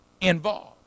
involved